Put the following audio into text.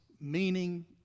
meaning